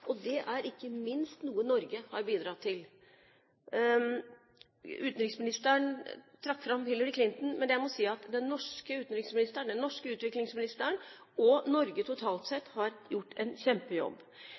og det er noe ikke minst Norge har bidratt til. Utenriksministeren trakk fram Hillary Clinton, men jeg må si at den norske utenriksministeren, den norske utviklingsministeren og Norge totalt